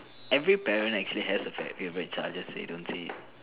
every parent actually has a favourite child just that they don't say